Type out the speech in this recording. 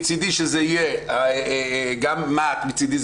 מצידי שזה יהיה גם מה"ט מצידי,